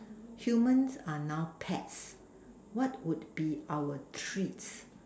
humans are now pets what would be our treats